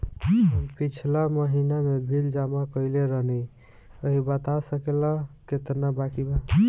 हम पिछला महीना में बिल जमा कइले रनि अभी बता सकेला केतना बाकि बा?